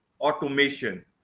automation